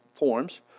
forms